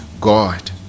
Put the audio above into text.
god